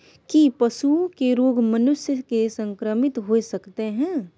की पशुओं के रोग मनुष्य के संक्रमित होय सकते है?